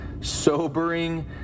sobering